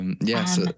Yes